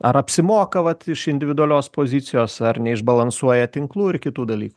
ar apsimoka vat iš individualios pozicijos ar neišbalansuoja tinklų ir kitų dalykų